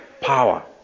power